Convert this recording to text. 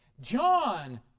John